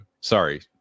Sorry